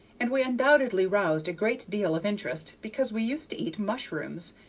and we undoubtedly roused a great deal of interest because we used to eat mushrooms,